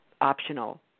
optional